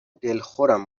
دلخورم